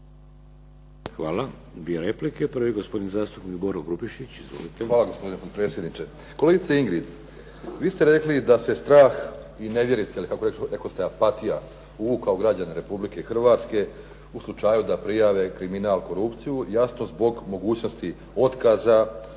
Hvala. Dvije replike. Prvi je gospodin zastupnik Boro Grubišić. Izvolite. **Grubišić, Boro (HDSSB)** Hvala gospodine potpredsjedniče. Kolegice Ingrid, vi ste rekli da se strah i nevjerica ili kako rekoste apatija uvukao u građane Republike Hrvatske u slučaju da prijave kriminal, korupciju jasno zbog mogućnosti otkaza,